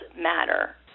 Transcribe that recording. matter